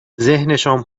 ذهنشان